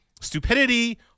Stupidity